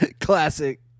classic